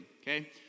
Okay